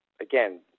Again